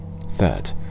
Third